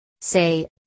Say